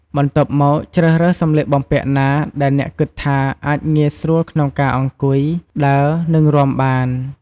បន្ទាប់មកជ្រើសរើសសម្លៀកបំពាក់ណាដែលអ្នកគិតថាអាចងាយស្រួលក្នុងការអង្គុយ ដើរ និងរាំបាន។